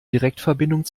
direktverbindung